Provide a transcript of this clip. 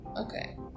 okay